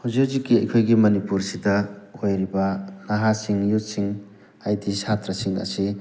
ꯍꯨꯖꯤꯛ ꯍꯨꯖꯤꯛꯀꯤ ꯑꯩꯈꯣꯏꯒꯤ ꯃꯅꯤꯄꯨꯔꯁꯤꯗ ꯑꯣꯏꯔꯤꯕ ꯅꯍꯥꯁꯤꯡ ꯌꯨꯠꯁꯤꯡ ꯍꯥꯏꯗꯤ ꯁꯥꯇ꯭ꯔꯁꯤꯡ ꯑꯁꯤ